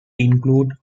includes